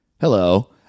Hello